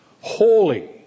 holy